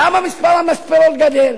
למה מספר המספרות גדל?